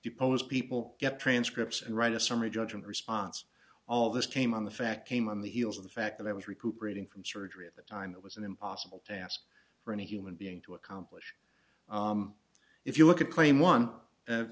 depose people get transcripts and write a summary judgment response all this came on the fact came on the heels of the fact that i was recuperating from surgery at the time it was an impossible task for any human being to accomplish if you look at